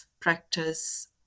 practice